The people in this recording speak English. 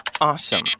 awesome